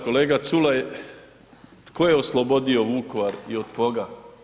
Kolega Culej, tko je oslobodio Vukovar i od koga?